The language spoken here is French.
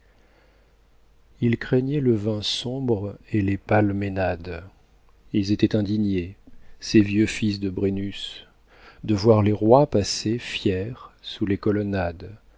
ils craignaient le vin sombre et les pâles ménades ils étaient indignés ces vieux fils de brennus de voir les rois passer fiers sous les colonnades